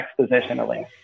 expositionally